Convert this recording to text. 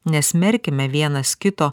nesmerkime vienas kito